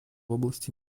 области